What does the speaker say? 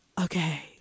Okay